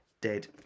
Dead